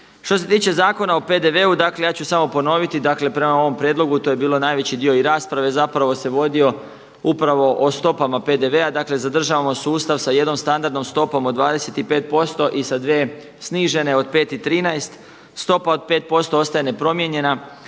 Što se tiče Zakona o PDV-u, dakle ja ću samo ponoviti. Dakle, prema ovom prijedlogu to je bilo najveći i dio rasprave se zapravo vodio upravo o stopama PDV-a. Dakle, zadržavamo sustav sa jednom standardnom stopom od 25% i sa dvije snižene od 5 i 13. Stopa od 5% ostaje nepromijenjena,